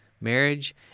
marriage